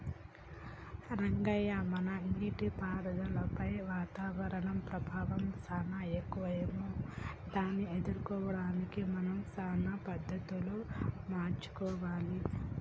రంగయ్య మన నీటిపారుదలపై వాతావరణం ప్రభావం సానా ఎక్కువే దాన్ని ఎదుర్కోవడానికి మనం సానా పద్ధతులు మార్చుకోవాలి